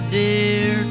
dear